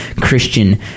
Christian